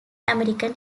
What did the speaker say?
american